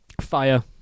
Fire